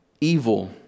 evil